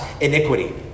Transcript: iniquity